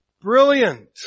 brilliant